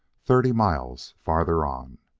thirty miles farther on.